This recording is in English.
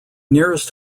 nearest